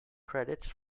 credits